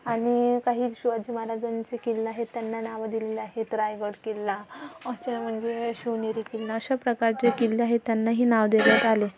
आणि काही शिवाजी महाराजांचे किल्ला आहेत त्यांना नावं दिलेले आहेत रायगड किल्ला असे म्हणजे शिवनेरी किल्ला अशाप्रकारचे किल्ले आहेत त्यांनाही नाव देण्यात आले